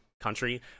country